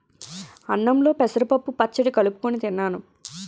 అన్నంలో పెసరపప్పు పచ్చడి కలుపుకొని తిన్నాను